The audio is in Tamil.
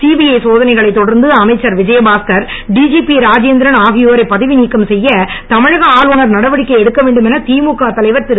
சிபிஐ சோதனைகளை தொடர்ந்து அமைச்சர் விஜயபாஸ்கர் டிஜிபி ராஜேந்திரன் ஆகியோரை பதவி நீக்கம் செய்ய தமிழக ஆளுநர் நடவடிக்கை எடுக்க வேண்டும் என திமுக தலைவர் திரு